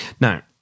Now